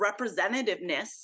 representativeness